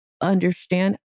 understand